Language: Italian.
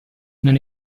non